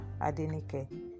Adenike